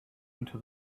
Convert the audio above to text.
into